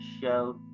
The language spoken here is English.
show